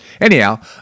Anyhow